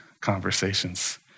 conversations